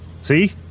See